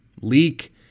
Leak